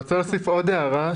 אני רוצה להוסיף עוד הערה.